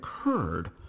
occurred